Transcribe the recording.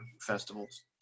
festivals